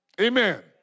Amen